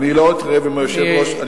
אני לא אתווכח עם היושב-ראש.